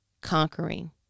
Conquering